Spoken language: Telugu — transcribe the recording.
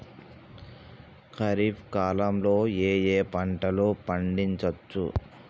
ఖరీఫ్ కాలంలో ఏ ఏ పంటలు పండించచ్చు?